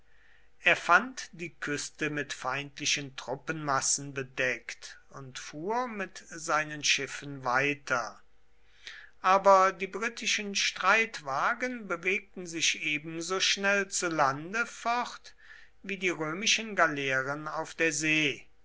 er fand die küste mit feindlichen truppenmassen bedeckt und fuhr mit seinen schiffen weiter aber die britischen streitwagen bewegten sich ebenso schnell zu lande fort wie die römischen galeeren auf der see